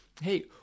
hey